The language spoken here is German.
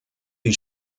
die